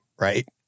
right